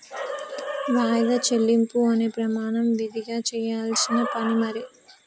వాయిదా చెల్లింపు అనే ప్రమాణం విదిగా చెయ్యాల్సిన పని మరి